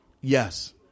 Yes